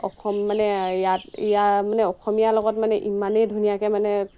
অসম মানে ইয়াত ইয়াৰ মানে অসমীয়া লগত মানে ইমানেই ধুনীয়াকৈ মানে